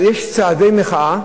אז יש צעדי מחאה,